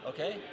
Okay